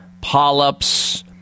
polyps